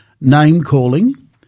name-calling